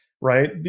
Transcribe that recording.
right